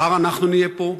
מחר אנחנו נהיה פה,